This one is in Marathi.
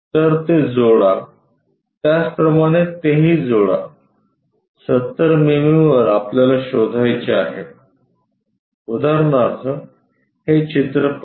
तर ते जोडा त्याचप्रमाणे तेही जोडा70 मिमी वर आपल्याला शोधायचे आहे उदाहरणार्थ हे चित्र पाहू